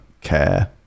care